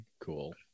cool